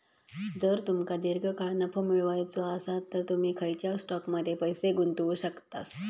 जर तुमका दीर्घकाळ नफो मिळवायचो आसात तर तुम्ही खंयच्याव स्टॉकमध्ये पैसे गुंतवू शकतास